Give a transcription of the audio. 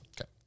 Okay